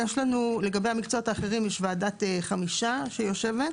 לגבי המקצועות האחרים יש ועדת חמישה שיושבת,